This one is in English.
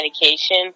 medication